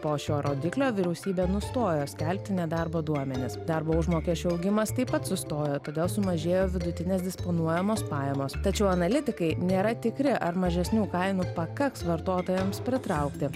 po šio rodiklio vyriausybė nustojo skelbti nedarbo duomenis darbo užmokesčio augimas taip pat sustojo todėl sumažėjo vidutinės disponuojamos pajamos tačiau analitikai nėra tikri ar mažesnių kainų pakaks vartotojams pritraukti